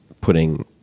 putting